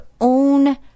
own